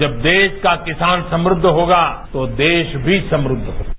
जब देश का किसान समृद्ध होगा तो देश भी समृद्ध होगा